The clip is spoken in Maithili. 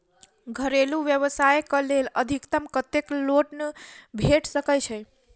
घरेलू व्यवसाय कऽ लेल अधिकतम कत्तेक लोन भेट सकय छई?